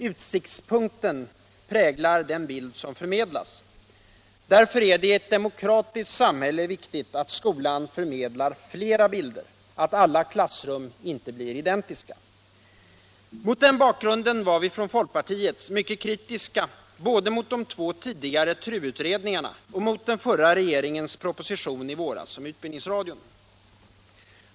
Utsiktspunkten präglar den bild som förmedlas. Därför är det i ett demokratiskt samhälle viktigt att skolan förmedlar flera bilder, att alla klassrum inte blir identiska. Mot den bakgrunden var vi från folkpartiet mycket kritiska både mot de två tidigare TRU-utredningarna och mot den förra regeringens proposition i våras om utbildningsradion.